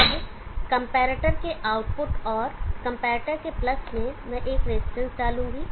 अब कंपैरेटर के आउटपुट और कंपैरेटर के प्लस मैं एक रजिस्टेंस डालूंगा